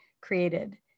created